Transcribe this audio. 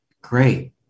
Great